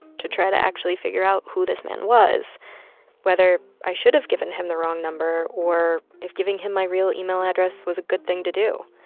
to try to actually figure out who this man was whether i should have given him the wrong number or if giving him my real email address was a good thing to do.